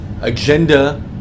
agenda